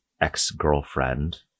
ex-girlfriend